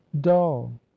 dull